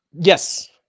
Yes